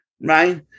right